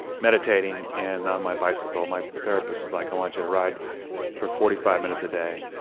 meditating and on my bicycle. my therapist was like i want you to ride for forty five minutes a day,